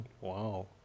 Wow